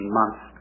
months